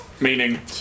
Meaning